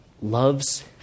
loves